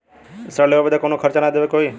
ऋण लेवे बदे कउनो खर्चा ना न देवे के होई?